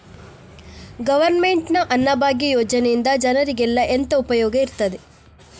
Government ನ ಅನ್ನಭಾಗ್ಯ ಯೋಜನೆಯಿಂದ ಜನರಿಗೆಲ್ಲ ಎಂತ ಉಪಯೋಗ ಇರ್ತದೆ?